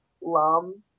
Lum